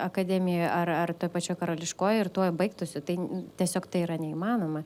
akademijoj ar ar toj pačioj karališkojoj ir tuo baigtųsi tai tiesiog tai yra neįmanoma